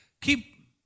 Keep